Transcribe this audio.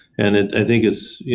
and it i think it's, you